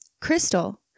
Crystal